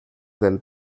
pel